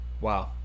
Wow